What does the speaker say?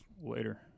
Later